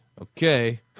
Okay